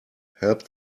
help